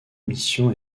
mission